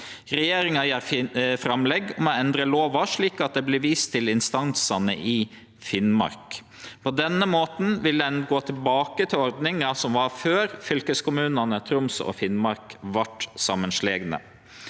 Regjeringa gjer framlegg om å endre lova slik at det vert vist til instansane i Finnmark. På denne måten vil ein gå tilbake til ordninga som var før fylkeskommunane Troms og Finnmark vart samanslegne.